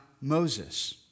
Moses